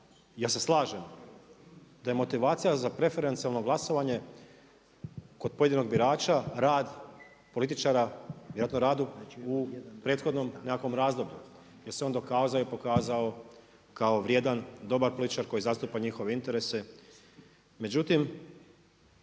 ja se slažem, da je motivacija za preferencijalno glasovanje kod pojedinog birača rad političara vjerojatno radu u prethodnom nekakvom razdoblju gdje se on dokazao i pokazao kao vrijedan, dobar političar koji zastupa njihove interese. Međutim,